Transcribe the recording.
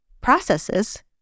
processes